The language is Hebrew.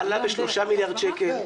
תקציב הרווחה עלה ב-3 מיליארד שקלים.